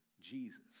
Jesus